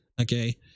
Okay